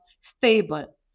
stable